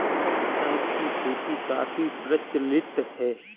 शंख की खेती काफी प्रचलित है